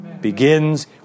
Begins